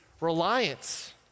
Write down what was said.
reliance